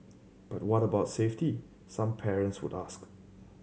but what about safety some parents would ask